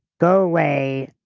go away,